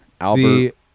Albert